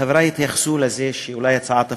חברי התייחסו לזה שאולי הצעת החוק,